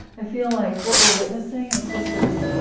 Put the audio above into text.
i feel like what we're witnessing is just this.